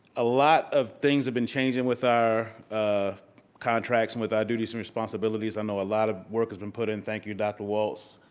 a lot of things have been changing with our ah contracts and with our duties and responsibilities. i know a lot of work has been put in, thank you, dr. walts,